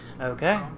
Okay